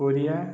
Korea